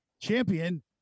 champion